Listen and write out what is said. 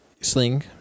sling